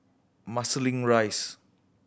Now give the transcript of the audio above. Marsiling Rise